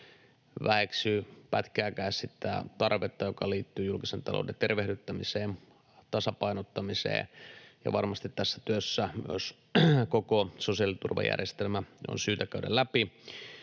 väheksy pätkääkään sitä tarvetta, joka liittyy julkisen talouden tervehdyttämiseen, tasapainottamiseen, ja varmasti tässä työssä myös koko sosiaaliturvajärjestelmä on syytä käydä läpi,